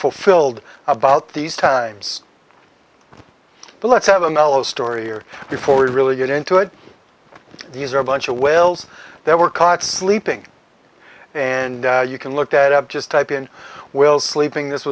fulfilled about these times but let's have a mellow story or before we really get into it these are a bunch of whales that were caught sleeping and you can look at up just type in well sleeping this